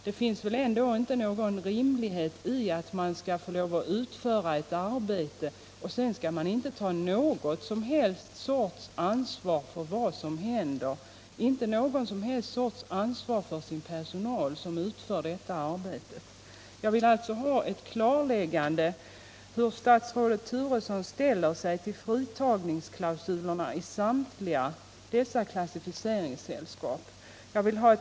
Det är väl ändå inte rimligt att de skall få utföra ett arbete utan att behöva ta något som helst ansvar för vad som händer och inte heller någon som helst sorts ansvar för sin personal, som gör detta arbete. Jag vill alltså ha ett klarläggande av hur statsrådet Turesson ställer sig till samtliga dessa klassificeringssällskaps fritagningsklausuler.